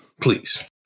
Please